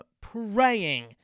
praying